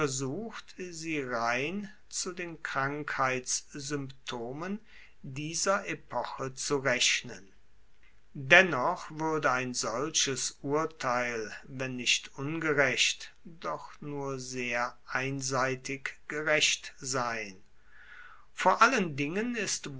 dennoch wuerde ein solches urteil wenn nicht ungerecht doch nur sehr einseitig gerecht sein vor allen dingen ist